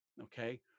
Okay